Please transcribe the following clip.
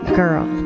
girl